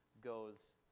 goes